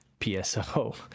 PSO